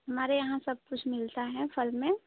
हमारे यहाँ सबकुछ मिलता है फल में